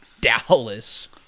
Dallas